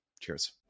Cheers